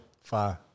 Fine